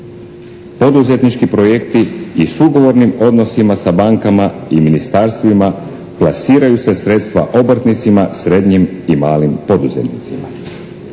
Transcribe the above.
poduzetnički projekti i sugovornim odnosima sa bankama i ministarstvima plasiraju se sredstva obrtnicima, srednjim i malim poduzetnicima.